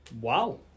Wow